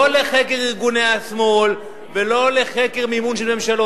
לא לחקר ארגוני השמאל ולא לחקר מימון של ממשלות,